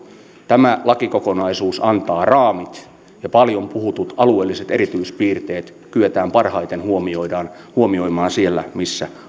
tämä lakikokonaisuus antaa raamit ja paljon puhutut alueelliset erityispiirteet kyetään parhaiten huomioimaan siellä missä